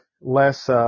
less